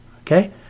Okay